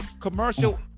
commercial